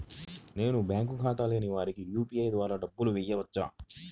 నేను బ్యాంక్ ఖాతా లేని వారికి యూ.పీ.ఐ ద్వారా డబ్బులు వేయచ్చా?